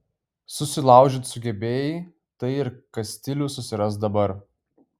susilaužyt sugebėjai tai ir kastilius susirask dabar